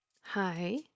Hi